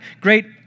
great